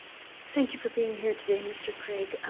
thank you for being here today, mr. craig.